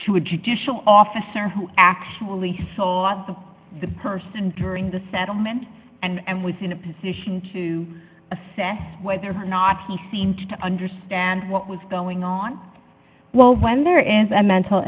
to a judicial officer who actually saw lots of the person during the settlement and was in a position to assess whether or not he seemed to understand what was going on well when there is a mental